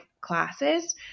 classes